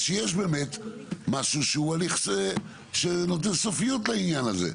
אז שיהיה באמת משהו שנותן סופיות לעניין הזה.